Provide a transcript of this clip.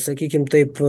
sakykim taip